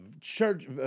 church